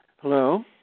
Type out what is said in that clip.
Hello